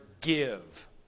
give